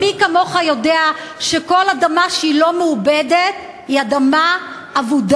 מי כמוך יודע שכל אדמה שהיא לא מעובדת היא אדמה אבודה,